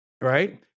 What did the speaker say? Right